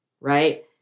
Right